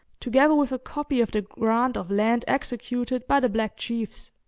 together with a copy of the grant of land executed by the black chiefs.